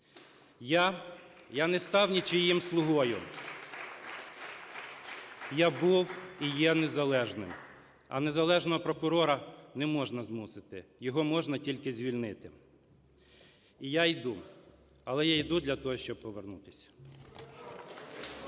Я не став нічиїм "слугою". Я був і є незалежним. А незалежного прокурора не можна змусити, його можна тільки звільнити. І я йду. Але я йду для того, щоб повернутися. ГОЛОВУЮЧИЙ.